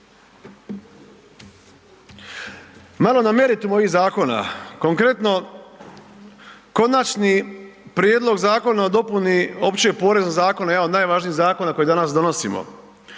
Malo na meritum ovih zakona, konkretno Konačni prijedlog Zakona o dopuni Opće poreznog zakona, jedan od najvažnijih zakona koji danas donosimo.